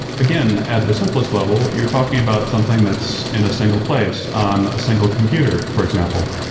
again at the simplest level, you're talking about something that's in a single place on a single computer, for example.